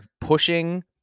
pushing